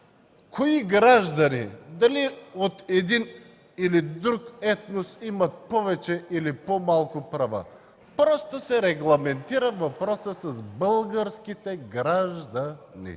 кои граждани – дали от един или друг етнос, имат повече или по-малко права. Просто се регламентира въпросът с българските граждани.